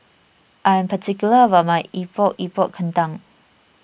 I am particular about my Epok Epok Kentang